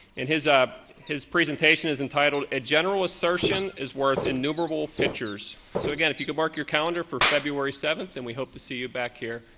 and his ah his presentation is entitled a general assertion is worth innumerable pictures, so again if you could mark your calendar for february seventh and we hope to see you back here.